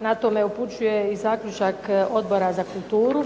Na to me upućuje i zaključak Odbora za kulturu,